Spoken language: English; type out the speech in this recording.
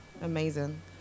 Amazing